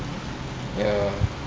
ya